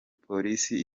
polisi